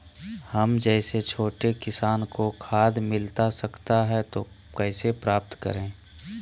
हम जैसे छोटे किसान को खाद मिलता सकता है तो कैसे प्राप्त करें?